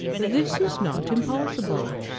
this is not impossible.